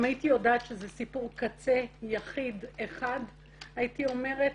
אם הייתי יודעת שזה סיפור קצה יחיד אחד הייתי אומרת